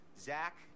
Zach